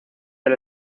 del